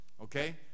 Okay